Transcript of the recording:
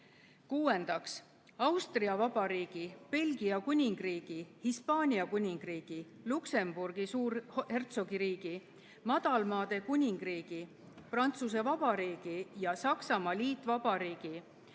Kuuendaks, Austria Vabariigi, Belgia Kuningriigi, Hispaania Kuningriigi, Luksemburgi Suurhertsogiriigi, Madalmaade Kuningriigi, Prantsuse Vabariigi ja Saksamaa Liitvabariigi